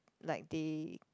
like they